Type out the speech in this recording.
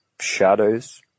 shadows